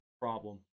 problem